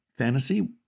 Fantasy